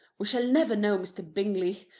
we shall never know mr. bingley.